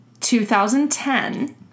2010